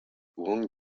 huang